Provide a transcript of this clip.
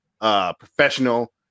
professional